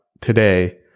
today